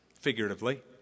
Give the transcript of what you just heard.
figuratively